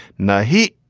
now, heat,